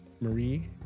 Marie